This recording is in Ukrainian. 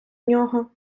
нього